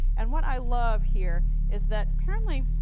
and what i love here is that, apparently,